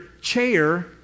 chair